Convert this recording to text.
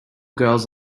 girls